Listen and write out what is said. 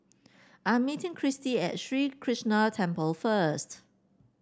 I am meeting Christy at Sri Krishnan Temple first